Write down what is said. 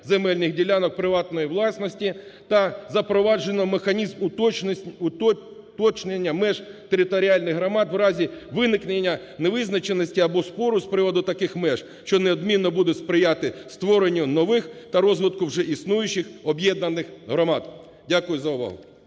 земельних ділянок приватної власності та запроваджено механізм уточнення меж територіальних громад у разі виникнення невизначеності або спору з приводу таких меж, що неодмінно буде сприяти створенню нових та розвитку вже існуючих об'єднаних громад. Дякую за увагу.